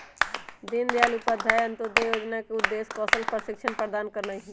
दीनदयाल उपाध्याय अंत्योदय जोजना के उद्देश्य कौशल प्रशिक्षण प्रदान करनाइ हइ